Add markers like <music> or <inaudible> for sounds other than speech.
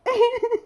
<noise>